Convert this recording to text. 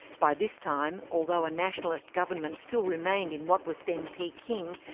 by this time, although a nationalist government still remained in what was then peking,